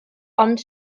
ond